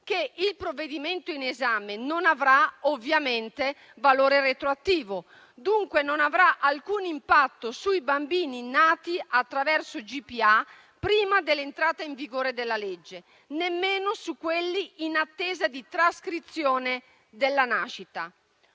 che il provvedimento in esame non avrà ovviamente valore retroattivo e, dunque, non avrà alcun impatto sui bambini nati attraverso GPA prima dell'entrata in vigore della legge, nemmeno su quelli in attesa di trascrizione della nascita.